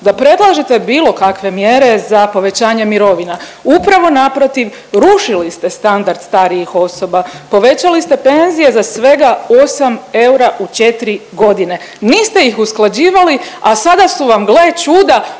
da predlažete bilo kakve mjere za povećanje mirovina. Upravo naprotiv rušili ste standard starijih osoba, povećali ste penzije za svega 8 eura u 4 godine, niste ih usklađivali, a sada su vam gle čuda